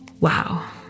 wow